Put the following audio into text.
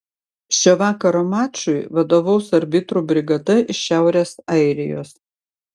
šio vakaro mačui vadovaus arbitrų brigada iš šiaurės airijos